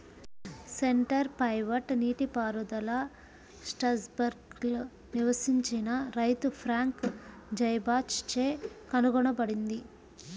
centre pivot నీటిపారుదల స్ట్రాస్బర్గ్లో నివసించిన రైతు ఫ్రాంక్ జైబాచ్ చే కనుగొనబడింది